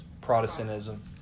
protestantism